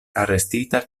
arestita